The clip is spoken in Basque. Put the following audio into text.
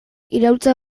iraultza